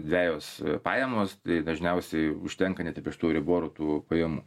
dvejos pajamos tai dažniausiai užtenka net ir be šitų euriborų tų pajamų